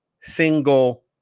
single